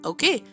Okay